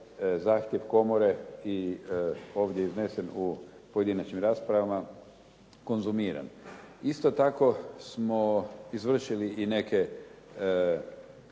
zahtjev komore i ovdje iznesenih u pojedinačnim raspravama, konzumiran. Isto tako smo izvršili i neke